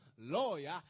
lawyer